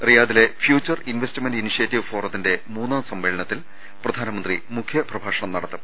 റിയാദിലെ future investment initiative ഫോറത്തിന്റെ മൂന്നാം സമ്മേളനത്തിൽ പ്രധാനമന്ത്രി മുഖ്യപ്രഭാഷണം നടത്തും